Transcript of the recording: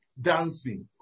dancing